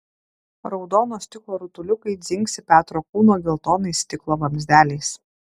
raudono stiklo rutuliukai dzingsi petro kūno geltonais stiklo vamzdeliais